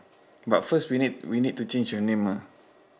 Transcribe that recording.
but first we need we need to change your name ah